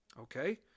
Okay